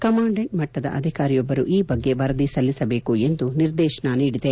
commandant ಮಟ್ಟದ ಅಧಿಕಾರಿಯೊಬ್ಬರು ಈ ಬಗ್ಗೆ ವರದಿ ಸಲ್ಲಿಸಬೇಕು ಎಂದು ನಿರ್ದೇಶನ ನೀಡಿದೆ